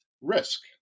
risk